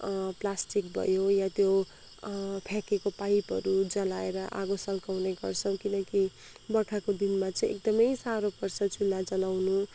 plastic भयो या त्यो फ्याँकेको पाइपहरू जलाएर आगो सल्काउने गर्छौँ किनकि बर्खाको दिनमा चाहिँ एकदमै साह्रो पर्छ चुला जलाउनु